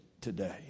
today